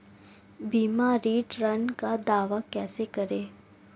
बीमा रिटर्न का दावा कैसे करें?